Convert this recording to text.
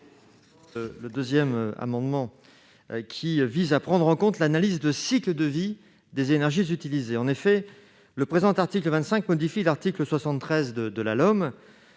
Le présent amendement vise à prendre en compte l'analyse de cycle de vie des énergies utilisées. En effet, l'article 25 modifie l'article 73 de la loi